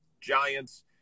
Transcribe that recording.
Giants